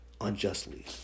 unjustly